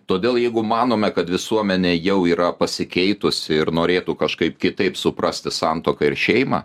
todėl jeigu manome kad visuomenė jau yra pasikeitusi ir norėtų kažkaip kitaip suprasti santuoką ir šeimą